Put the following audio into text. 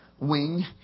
wing